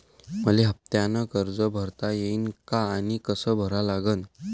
मले हफ्त्यानं कर्ज भरता येईन का आनी कस भरा लागन?